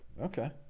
okay